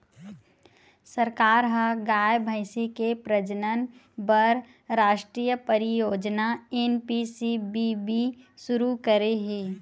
सरकार ह गाय, भइसी के प्रजनन बर रास्टीय परियोजना एन.पी.सी.बी.बी सुरू करे हे